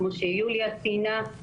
כפי שציינה יוליה איתן.